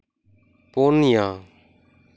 ᱯᱩᱱᱭᱟ